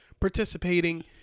participating